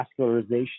vascularization